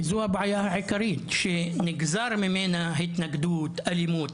וזו הבעיה העיקרית שנגזר ממנה התנגדות אלימות,